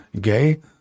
gay